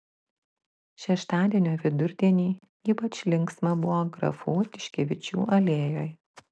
šeštadienio vidurdienį ypač linksma buvo grafų tiškevičių alėjoje